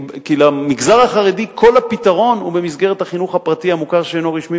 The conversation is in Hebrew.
כי למגזר החרדי כל הפתרון הוא במסגרת החינוך הפרטי המוכר שאינו רשמי,